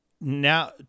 Now